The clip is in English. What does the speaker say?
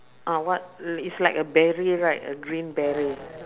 uh what it's like a beret right a green beret